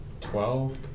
Twelve